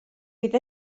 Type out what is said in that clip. fydd